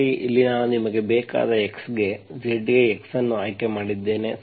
ಸರಿ ಇಲ್ಲಿ ನಾನು ನಿಮಗೆ ಬೇಕಾದ x ಗೆ Z ಗೆ x ಅನ್ನು ಆಯ್ಕೆ ಮಾಡಿದ್ದೇನೆ